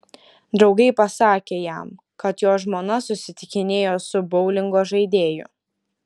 draugai pasakė jam kad jo žmona susitikinėjo su boulingo žaidėju